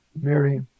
Mary